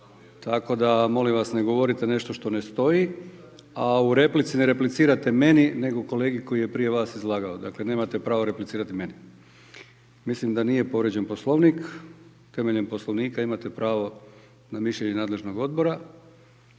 Tako da molim vas ne govorite nešto što ne stoji. A u replici ne replicirate meni nego kolegi koji je prije vas izlagao. Dakle, nemate pravo replicirati meni. Mislim da nije povrijeđen Poslovnik. Temeljem Poslovnika imate pravo na mišljenje nadležnog odbora.